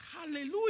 hallelujah